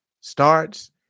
starts